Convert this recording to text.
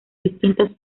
distintas